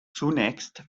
zunächst